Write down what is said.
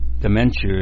dementia